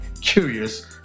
curious